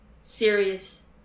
serious